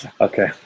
Okay